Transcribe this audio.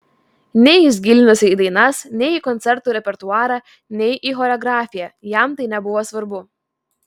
nei jis gilinosi į dainas nei į koncertų repertuarą nei į choreografiją jam tai nebuvo svarbu